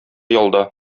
ялда